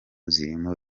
zirimo